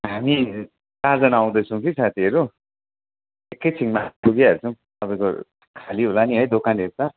हामी चारजना आउँदैछौँ कि साथीहरू एकैछिनमा आइपुगी हाल्छौँ तपाईँको खाली होला नि है दोकानहरू त